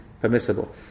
permissible